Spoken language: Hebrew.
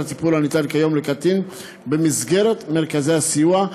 הטיפול הניתן כיום לקטין במסגרת מרכזי הסיוע,